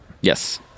Yes